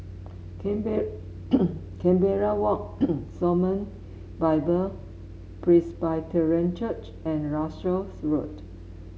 Canberra Walk Shalom Bible Presbyterian Church and Russels Road